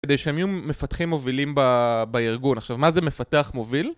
כדי שהם יהיו מפתחים מובילים בארגון, עכשיו מה זה מפתח מוביל?